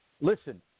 Listen